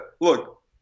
look